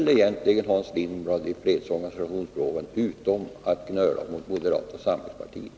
Vad vill egentligen Hans Lindblad i fredsorganisationsfrågan utom att gnöla på moderata samlingspartiet?